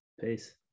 Peace